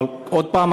אבל עוד הפעם,